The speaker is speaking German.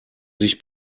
sich